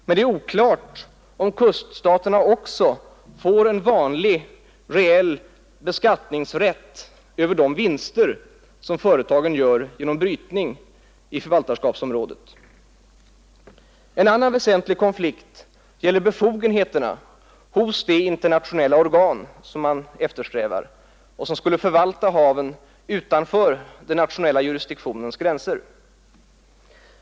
Men det är oklart om kuststaterna också får en vanlig reell beskattningsrätt över de vinster som företagen gör genom brytning i förvaltarskapsområdet. En annan väsentlig konflikt gäller befogenheterna hos det internationella organ som man eftersträvar och som skulle förvalta haven utanför den nationella jurisdiktionen.